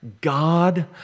God